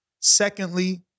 Secondly